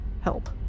help